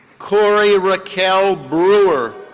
corey raquel brewer.